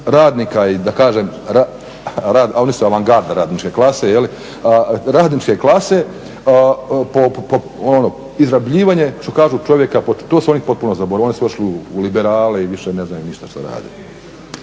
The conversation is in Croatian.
radnika i da kažem, rad alisa avangarda radničke klase po, izrabljivanje što kažu čovjeka, to su oni potpuno zaboravili, oni su još u liberale i više ne znaju ništa što rade.